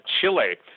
Chile